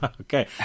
Okay